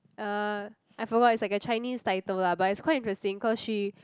uh I forgot it's like a Chinese title lah but it's quite interesting cause she